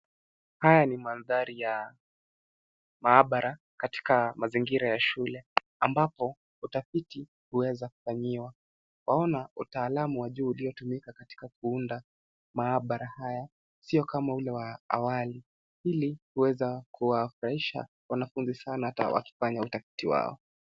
Haya ni madhari ya maabara katika mazingira ya shule ambapo utafiti huweza kufanyiwa. Twaona utaalum wa juu uliyotumika katika kuunda maabara haya sio kama ule wa awali ili kuweza kuwafurahisha wanafunzi sana hata wakifanya utafiti wao.